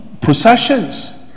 processions